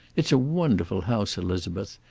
it's a wonderful house, elizabeth.